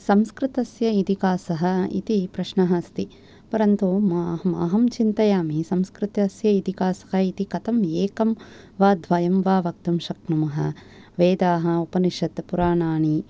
संस्कृतस्य इतिहासः इति प्रश्नः अस्ति परन्तु म म अहं चिन्तयामि संस्कृतस्य इतिहासः इति कथम् एकं वा द्वयं वा वक्तुं शक्नुमः वेदाः उपनिषत् पुराणानि